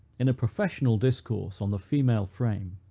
in a professional discourse on the female frame,